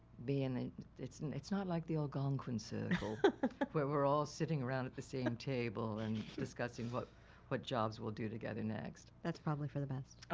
be in it's it's not like the algonquin circle where we're all sitting around at the same table and discussing what what jobs will do together next. that's probably for the best.